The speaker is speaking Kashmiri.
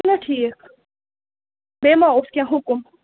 چھُنا ٹھیٖک بیٚیہِ ما اوس کیٚنٛہہ حُکُم